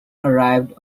arrived